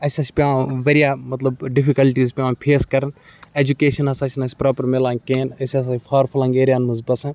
اَسہِ ہَسا چھِ پٮ۪وان واریاہ مطلب ڈِفِکَلٹیٖز پٮ۪وان فیس کَرٕنۍ ایجوکیشَن ہَسا چھِنہٕ اَسہِ پرٛاپَر مِلان کِہیٖنۍ أسۍ ہَسا چھِ فار فٕلَنٛگ ایریاہَن منٛز بَسان